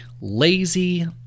lazy